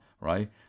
Right